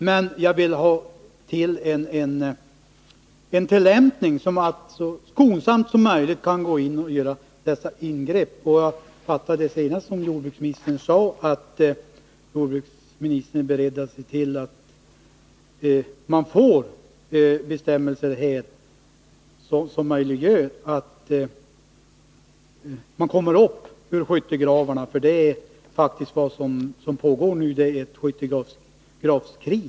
Men jag vill ha en tillämpning som gör dessa ingrepp så skonsamma som möjligt. Jag uppfattar det senaste jordbruksministern sade som att jordbruksministern är beredd att se till att vi får bestämmelser som gör det möjligt för motståndarna att komma upp ur skyttegravarna. Det som pågår nu är faktiskt ett skyttegravskrig.